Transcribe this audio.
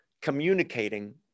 communicating